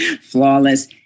flawless